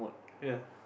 ya